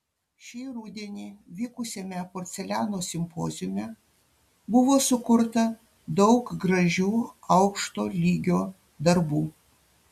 šį rudenį vykusiame porceliano simpoziume buvo sukurta daug gražių aukšto lygio darbų